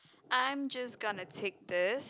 I'm just gonna take this